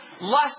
less